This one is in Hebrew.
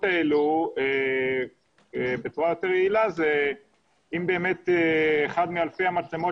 האלה בצורה יותר יעילה זה אם באמת אחת מאלפי מצלמות